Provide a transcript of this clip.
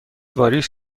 واریز